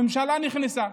הממשלה נכנסה